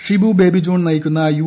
ഷിബു ബേബി ജോൺ നയിക്കുന്ന യു